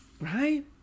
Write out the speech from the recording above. Right